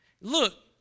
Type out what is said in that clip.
Look